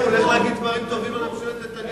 חכה, הוא הולך להגיד דברים טובים על ממשלת נתניהו.